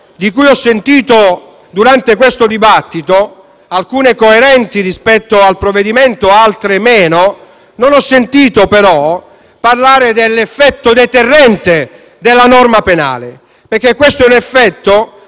che ho sentito durante questo dibattito (alcune coerenti rispetto al provvedimento, altre meno), non ho sentito parlare dell'effetto deterrente della norma penale. È un effetto